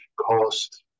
cost